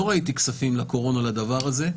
לא ראיתי כספים לקורונה לדבר הזה.